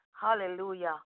Hallelujah